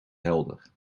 helder